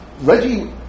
Reggie